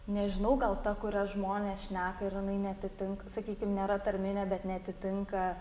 nežinau gal ta kuria žmonės šneka ir jinai neatitinka sakykim nėra tarminė bet neatitinka